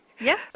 Yes